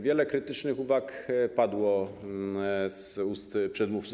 Wiele krytycznych uwag padło z ust przedmówców.